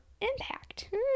impact